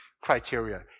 criteria